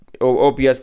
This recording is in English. OPS